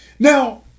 Now